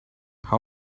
how